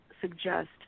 suggest